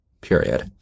Period